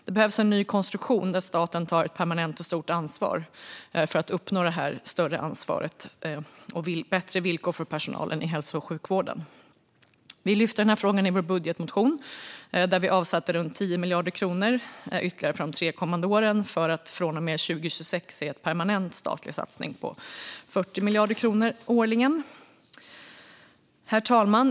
Det behövs en ny konstruktion där staten tar ett permanent och stort ansvar för att uppnå bättre villkor för personalen i hälso och sjukvården. Vi lyfte denna fråga i vår budgetmotion, där vi avsatte runt 10 miljarder kronor ytterligare för de kommande tre åren. Från och med 2026 vill vi se en permanent statlig satsning på 40 miljarder kronor årligen. Herr talman!